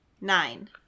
Nine